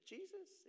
Jesus